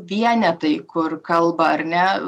vienetai kur kalba ar ne